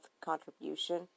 contribution